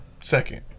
second